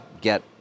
get